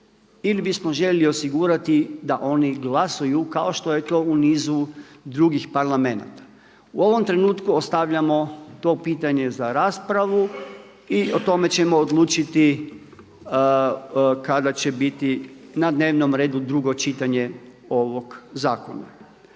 ili bismo željeli osigurati da oni glasuju kao što je to u nizu drugih parlamenata. U ovom trenutku ostavljamo to pitanje za raspravu i o tome ćemo odlučiti kada će biti na dnevnom redu drugo čitanje ovog zakona.